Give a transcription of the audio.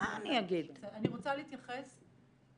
אני רוצה להתייחס